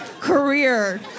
career